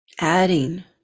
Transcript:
Adding